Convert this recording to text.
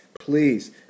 Please